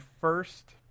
first